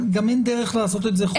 גם אין דרך לעשות את זה חוקתית.